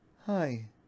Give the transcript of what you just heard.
Hi